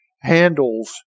handles